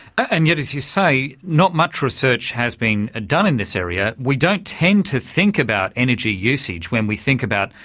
and yet, as you say, not much research has been done in this area. we don't tend to think about energy usage when we think about,